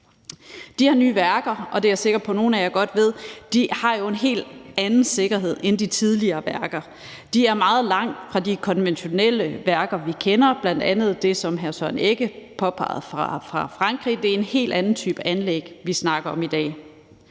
De her nye værker – og det er jeg sikker på at nogle af jer godt ved – har jo en helt anden grad af sikkerhed end de tidligere værker. De er meget langt fra de konventionelle værker, vi kender, bl.a. det i Frankring, som hr. Søren Egge Rasmussen nævnte. Det er en helt anden type anlæg, vi snakker om i dag.